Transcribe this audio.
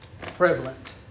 prevalent